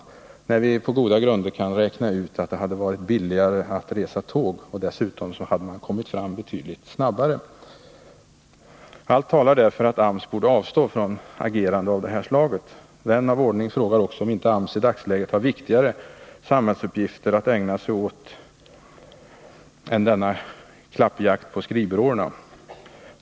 Han valde detta färdsätt, trots att det kan räknas ut att det hade blivit klart billigare att resa med tåg och dessutom hade gått betydligt snabbare. Allt talar mot denna bakgrund för att AMS borde avstå från agerande av detta slag. Som vän av ordning frågar man sig också om inte AMS i dagsläget har viktigare samhällsuppgifter att ägna sig åt än denna klappjakt på skrivbyråerna.